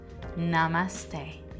Namaste